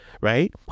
right